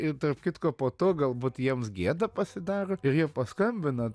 ir tarp kitko po to galbūt jiems gėda pasidaro ir jie paskambina